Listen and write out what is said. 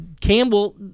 Campbell